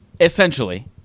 essentially